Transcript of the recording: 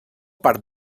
part